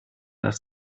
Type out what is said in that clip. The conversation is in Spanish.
las